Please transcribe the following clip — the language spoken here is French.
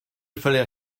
fallait